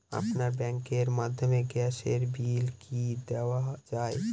আপনার ব্যাংকের মাধ্যমে গ্যাসের বিল কি দেওয়া য়ায়?